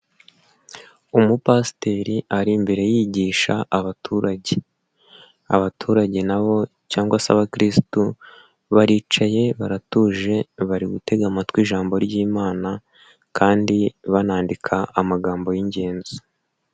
Umupasiteri ari imbere yigisha abaturage, abaturage na bo cyangwa se abakirisitu baricaye baratuje bari gutega amatwi ijambo ry'Imana kandi banandika amagambo y'ingenzi.